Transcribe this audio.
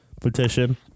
petition